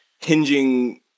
hinging